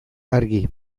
argi